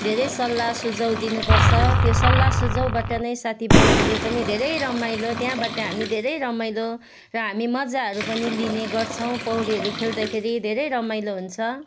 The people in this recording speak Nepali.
धेरै सल्लाह सुझाउ दिनु पर्छ त्यो सल्लाह सुझाउबाट नै साथी भाइहरूले पनि धेरै रमाइलो त्यहाँबाट हामी धेरै रमाइलो र हामी मज्जाहरू पनि लिने गर्छौँ पौडीहरू खेल्दाखेरि धेरै रमाइलो हुन्छ